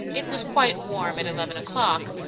it was quite warm at eleven o'clock,